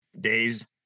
Days